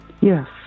Yes